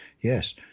yes